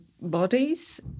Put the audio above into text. bodies